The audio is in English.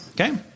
Okay